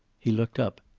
he looked up.